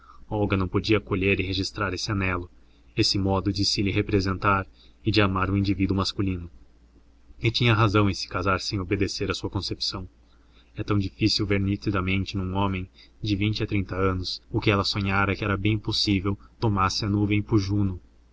olga não podia colher e registrar esse anelo esse modo de se lhe representar e de amar o indivíduo masculino e tinha razão em se casar sem obedecer à sua concepção é tão difícil ver nitidamente num homem de vinte a trinta anos o que ela sonhara que era bem possível tomasse a nuvem por juno